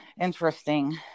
Interesting